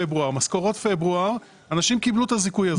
משכורות פברואר, אנשים קיבלו את הזיכוי הזה.